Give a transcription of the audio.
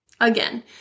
Again